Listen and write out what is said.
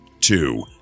Two